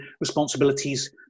responsibilities